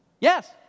Yes